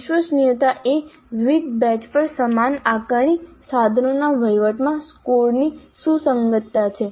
વિશ્વસનીયતા એ વિવિધ બેચ પર સમાન આકારણી સાધનોના વહીવટમાં સ્કોર્સની સુસંગતતા છે